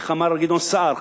איך אמר גדעון סער?